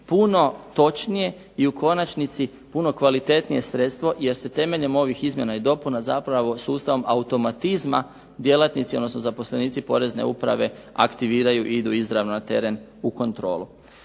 puno točnije i u konačnici puno kvalitetnije sredstvo jer se temeljem ovih izmjena i dopuna zapravo sustavom automatizma djelatnici odnosno zaposlenici Porezne uprave aktiviraju i idu izravno na teren u kontrolu.